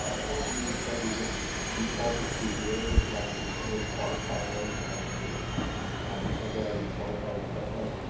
some of these can be just defaulted to zero s like the code qualifiers and the the sender id qualifier, etc.